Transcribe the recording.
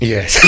Yes